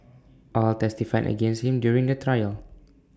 all testified against him during the trial